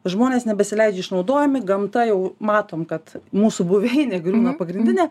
žmonės nebesileidžia išnaudojami gamta jau matom kad mūsų buveinė griūna pagrindinė